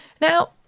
Now